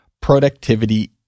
productivity